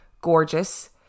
gorgeous